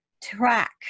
Track